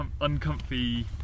uncomfy